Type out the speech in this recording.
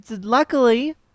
Luckily